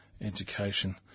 education